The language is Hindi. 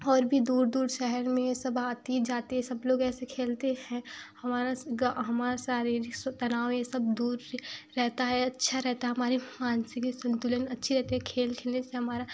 और भी दूर दूर शहर में सब आती जाती हैं सब लोग ऐसे खेलते हैं हमारा हमारा शारीरिक तनाव ये सब दूर रहता है अच्छा रहता है हमारे मानसिक संतुलन अच्छी रहती है खेल खेलने से हमारा